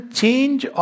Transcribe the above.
change